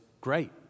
great